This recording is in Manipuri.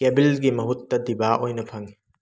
ꯀꯦꯚꯤꯜꯒꯤ ꯃꯍꯨꯠꯇ ꯗꯤꯚꯥ ꯑꯣꯏꯅ ꯐꯪꯉꯦ